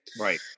Right